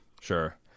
sure